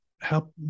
Help